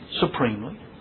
supremely